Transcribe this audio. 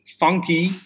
Funky